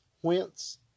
whence